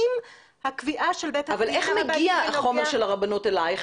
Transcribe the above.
אם הקביעה של בית הדין הרבני --- אבל איך מגיע החומר של הרבנות אלייך?